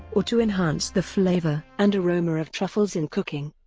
or to enhance the flavor and aroma of truffles in cooking.